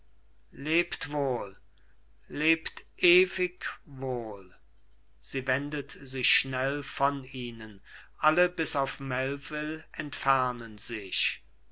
lebt wohl lebt ewig wohl sie wendet sich schnell von ihnen alle bis auf melvil entfernen sich